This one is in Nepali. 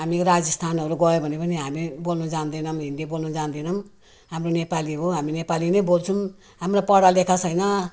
हामी राजस्थानहरू गयौँ भने पनि हामी बोल्न जान्दैनौँ हिन्दी बोल्न जान्दैनौँ हाम्रो नेपाली हो हामी नेपाली नै बोल्छौँ हाम्रो पढालेखा छैन